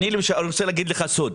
אני רוצה להגיד לך סוד.